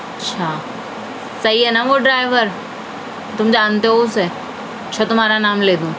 اچھا صحیح ہے نا وہ ڈرائیور تم جانتے ہو اُسے اچھا تمہارا نام لے لوں